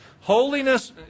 Holiness